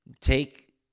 take